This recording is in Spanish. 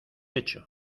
hecho